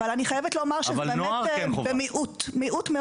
אבל אני חייבת לומר שזה באמת מיעוט מאוד